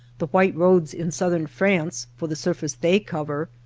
the white roads in southern france, for the surface they cover,